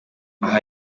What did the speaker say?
aha